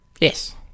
Yes